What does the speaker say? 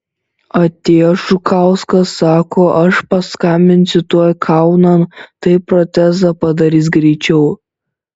atėjo žukauskas sako aš paskambinsiu tuoj kaunan tai protezą padarys greičiau